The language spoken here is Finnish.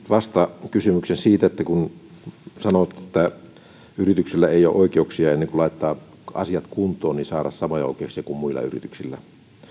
vastakysymyksen siitä kun sanotte että yrityksellä ei ole oikeuksia ennen kuin laittaa asiat kuntoon saada samoja oikeuksia kuin muilla yrityksillä